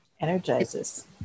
Energizes